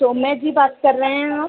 सोम्या जी बात कर रहे हैं आप